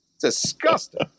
disgusting